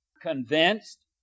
convinced